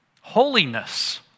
holiness